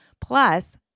plus